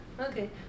Okay